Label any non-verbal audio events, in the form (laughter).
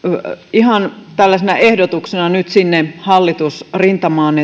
ihan tällaisena ehdotuksena nyt sinne hallitusrintamaan (unintelligible)